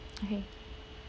okay